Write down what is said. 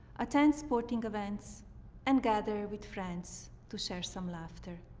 attend sporting events and gather with friends to share some laughter.